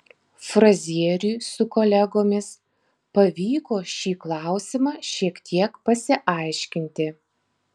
frazieriui su kolegomis pavyko šį klausimą šiek tiek pasiaiškinti